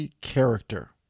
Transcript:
character